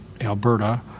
Alberta